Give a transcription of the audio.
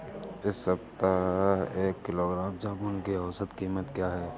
इस सप्ताह एक किलोग्राम जामुन की औसत कीमत क्या है?